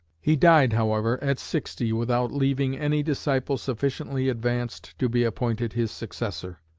he died, however, at sixty, without leaving any disciple sufficiently advanced to be appointed his successor.